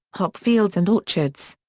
hop fields and orchards.